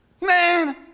Man